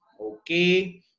Okay